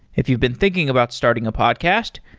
if you've been thinking about starting a podcast,